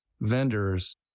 Vendors